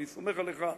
ואני סומך עליך,